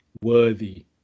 worthy